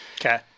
Okay